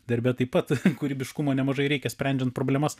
darbe taip pat kūrybiškumo nemažai reikia sprendžiant problemas